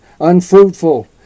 unfruitful